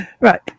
Right